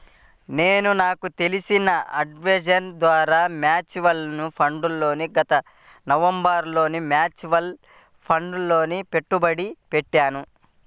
నేను నాకు తెలిసిన అడ్వైజర్ ద్వారా మ్యూచువల్ ఫండ్లలో గత నవంబరులో మ్యూచువల్ ఫండ్లలలో పెట్టుబడి పెట్టాను